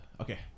Okay